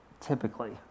typically